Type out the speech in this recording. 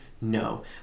No